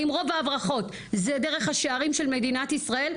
האם רוב ההברחות זה דרך השערים של מדינת ישראל,